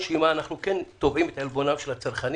אנו כן תובעים את עלבונם של הצרכנים.